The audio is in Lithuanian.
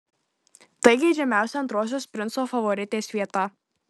tai geidžiamiausia antrosios princo favoritės vieta